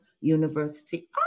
University